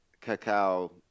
cacao